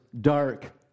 dark